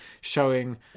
showing